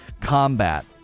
combat